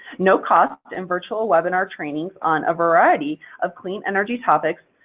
no cost in virtual webinar training on a variety of clean energy topics,